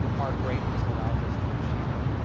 our greatness allows us to achieve it.